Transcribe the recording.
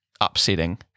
upsetting